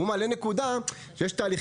אבל אתם מעלים נקודה לפיה יש תהליכים